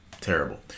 terrible